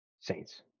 Saints